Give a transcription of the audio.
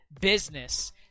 business